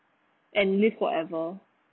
and live forever